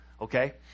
Okay